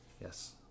Yes